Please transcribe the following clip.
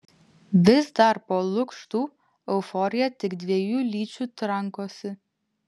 vis dar po lukštu euforija tik dviejų lyčių trankosi